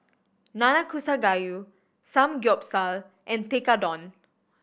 Nanakusa Gayu Samgyeopsal and Tekkadon